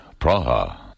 Praha